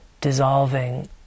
dissolving